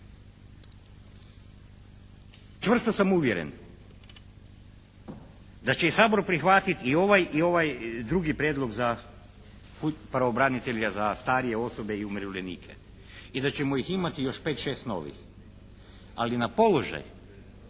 Čvrsto sam uvjeren da će i Sabor prihvatiti i ovaj drugi prijedlog za pravobranitelja za starije osobe i umirovljenike i da ćemo ih imati još 5, 6 novih. Ali na položaj,